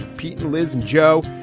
pete and liz and joe.